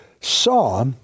saw